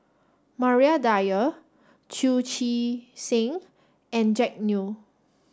Maria Dyer Chu Chee Seng and Jack Neo